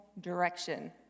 direction